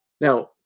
Now